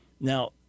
Now